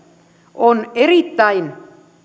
on erittäin